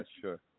sure